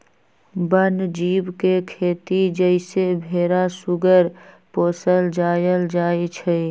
वन जीव के खेती जइसे भेरा सूगर पोशल जायल जाइ छइ